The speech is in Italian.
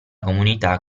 comunità